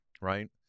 Right